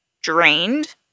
drained